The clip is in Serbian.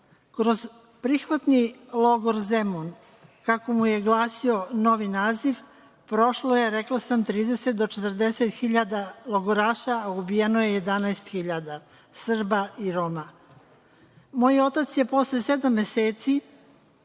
Kroz „Prihvatni logor Zemun“ kako mu je glasio novi naziv, prošlo je, rekla sam trideset do četrdeset hiljada logoraša, a ubijeno je 11.000 Srba i Roma. Moj otac je posle sedam meseci,